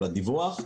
ובדיווח.